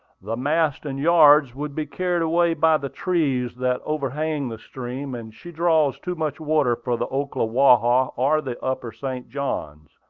the masts and yards would be carried away by the trees that overhang the stream, and she draws too much water for the ocklawaha or the upper st. johns.